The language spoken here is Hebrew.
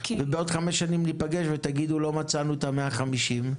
ובעוד חמש שנים ניפגש ותגידו "לא מצאנו את ה-150"?